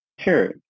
Sure